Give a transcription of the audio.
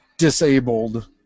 Disabled